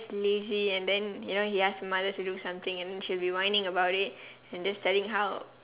is lazy and then you know he ask mother to do something and then she'll be whining about it and just telling how